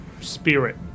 spirit